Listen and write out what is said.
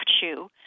shoe